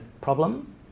problem